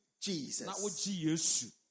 Jesus